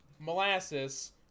molasses